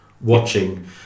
Watching